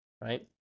right